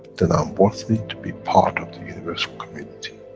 then i'm worthy to be part of the universal community.